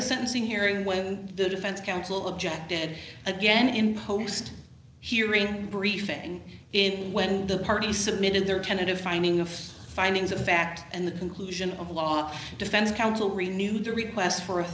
the sentencing hearing when the defense counsel objected again in post hearing briefing in when the party submitted their tentative finding of findings of fact and the conclusion of law defense counsel really needed to request for a